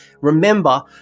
Remember